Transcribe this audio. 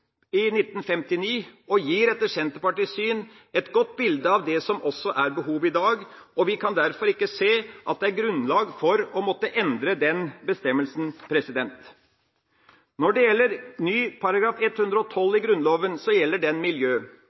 i 1954 og gir etter Senterpartiets syn et godt bilde av det som også er behovet i dag, og vi kan derfor ikke se at det er grunnlag for å måtte endre den bestemmelsen. Når det gjelder ny § 112 i Grunnloven, gjelder den miljø.